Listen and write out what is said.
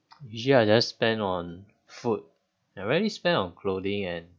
usually I just spend on food I rarely spend on clothing and